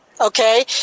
okay